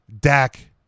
Dak